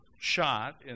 shot